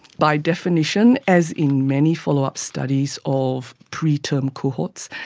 by definition, as in many follow-up studies of preterm cohorts,